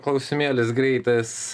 klausimėlis greitas